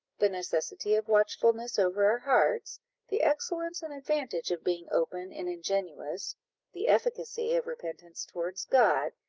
the necessity of watchfulness over our hearts the excellence and advantage of being open and ingenuous the efficacy of repentance towards god,